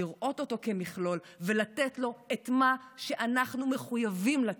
לראות אותו כמכלול ולתת לו את מה שאנחנו מחויבים לתת.